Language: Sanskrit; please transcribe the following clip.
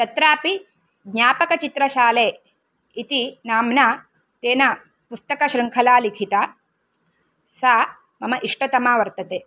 तत्रापि ज्ञापकचित्रशाले इति नाम्ना तेन पुस्तकशृङ्खला लिखिता सा मम इष्टतमा वर्तते